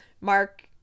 Mark